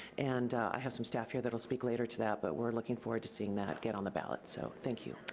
and i have some staff here that'll speak later to that, but we're looking forward to seeing that get on the ballot. so, thank you.